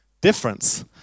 difference